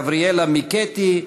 גבריאלה מיקטי,